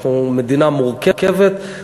אנחנו מדינה מורכבת,